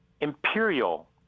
imperial